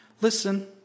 Listen